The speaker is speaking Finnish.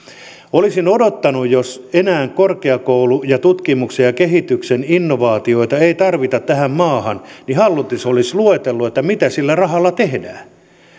olisin odottanut jos enää korkeakoulu ja tutkimuksen ja kehityksen innovaatioita ei tarvita tähän maahan että hallitus olisi luetellut mitä sillä rahalla tehdään